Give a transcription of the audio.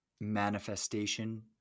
manifestation